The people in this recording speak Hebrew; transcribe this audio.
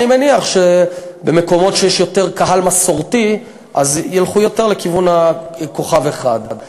אני מניח שבמקומות שיש יותר קהל מסורתי ילכו יותר לכיוון הכוכב אחד.